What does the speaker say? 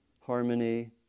harmony